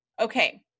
Okay